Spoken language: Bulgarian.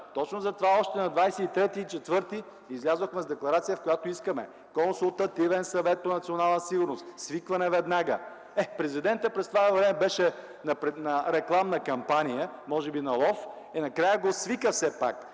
Точно затова още на 23-ти и 24-ти излязохме с декларация, в която искаме Консултативен съвет по национална сигурност – свикване веднага! Е, президентът през това време беше на рекламна кампания, може би на лов, но накрая го свика все пак,